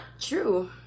true